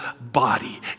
body